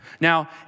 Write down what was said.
Now